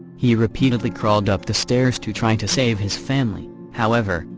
he repeatedly crawled up the stairs to try to save his family however,